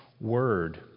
word